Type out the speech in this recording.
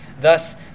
Thus